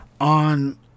on